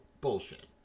bullshit